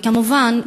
כמובן,